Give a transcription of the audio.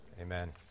Amen